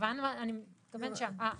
הפואנטה היא שיהיו כתוביות.